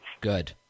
Good